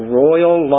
royal